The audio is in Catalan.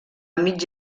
mig